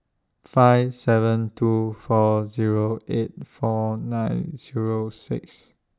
five seven two four Zero eight four nine Zero six